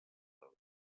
note